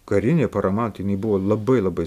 karinė parama tai jinai buvo labai labai